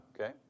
okay